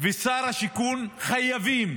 ושר השיכון חייבים